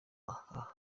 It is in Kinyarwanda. aha